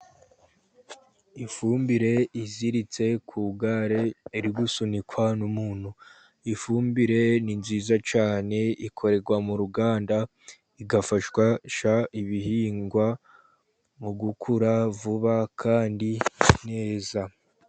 Ifumbire iziritse ku gare iri gusunikwa n'umuntu, ifumbire ni nziza cyane ikorerwa mu ruganda, igafasha ibihingwa mu gukura vuba kandi neza.